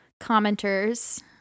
commenters